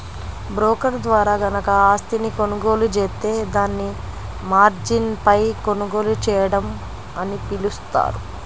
broker ద్వారా గనక ఆస్తిని కొనుగోలు జేత్తే దాన్ని మార్జిన్పై కొనుగోలు చేయడం అని పిలుస్తారు